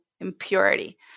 impurity